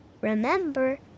Remember